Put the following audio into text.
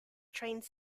trains